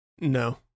No